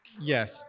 Yes